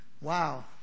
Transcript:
Wow